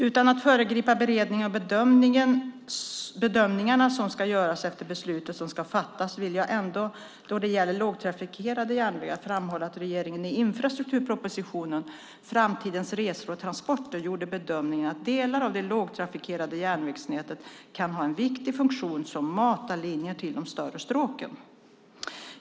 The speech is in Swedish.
Utan att föregripa beredningen och bedömningarna som ska göras eller beslutet som ska fattas vill jag ändå då det gäller lågtrafikerade järnvägar framhålla att regeringen i infrastrukturpropositionen Framtidens resor och transporter gjorde bedömningen att delar av det lågtrafikerade järnvägsnätet kan ha en viktig funktion som matarlinjer till de större stråken.